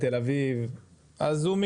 בתל אביב,